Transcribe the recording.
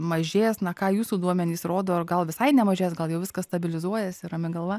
mažės na ką jūsų duomenys rodo ir gal visai nemažės gal jau viskas stabilizuojasi ramia galva